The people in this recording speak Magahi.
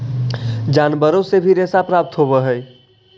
जनावारो से भी रेशा प्राप्त होवऽ हई